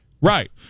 right